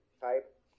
type